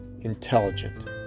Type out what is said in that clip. intelligent